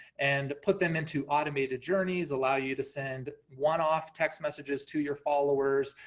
and put them into automated journeys, allow you to send one off text messages to your followers,